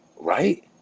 Right